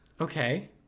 Okay